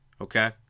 okay